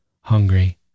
hungry